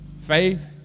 faith